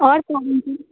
आओर कोन छै